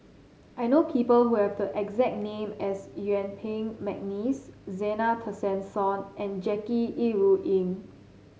I know people who have the exact name as Yuen Peng McNeice Zena Tessensohn and Jackie Yi Ru Ying